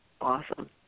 awesome